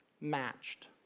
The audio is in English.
matched